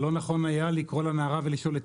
מה לא נכון היה 'לקרוא לנערה ולשאול את